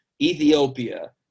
Ethiopia